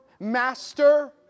Master